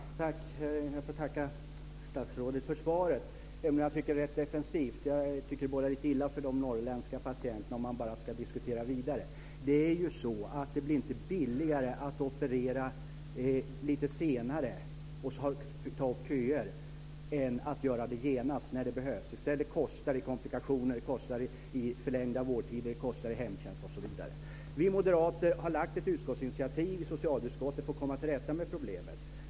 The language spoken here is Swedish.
Herr talman! Jag får tacka statsrådet för svaret även jag tycker att det är rätt defensivt. Jag tycker att det bådar lite illa för de norrländska patienterna om man bara ska diskutera vidare. Det blir ju inte billigare att operera lite senare och låta patienter ta upp köplatser än att göra det genast, när det behövs. I stället kostar det i komplikationer, i förlängda vårdtider, i hemtjänst osv. Vi moderater har lagt fram ett utskottsinitiativ i socialutskottet för att komma till rätta med problemen.